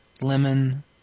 lemon